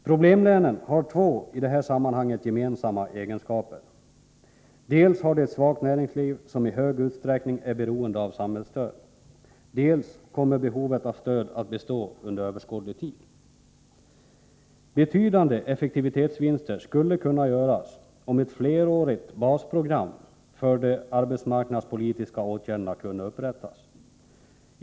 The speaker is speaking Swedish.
Problemlänen har två i detta sammanhang gemensamma egenskaper: dels har de ett svagt näringsliv som i stor utsträckning är beroende av samhällsstöd, dels kommer behovet av stöd att bestå under överskådlig tid. Betydande effektivitetsvinster skulle kunna göras om ett flerårigt ”basprogram” för de arbetsmarknadspolitiska åtgärderna kunde upprättas.